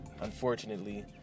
unfortunately